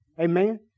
Amen